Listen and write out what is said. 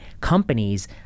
companies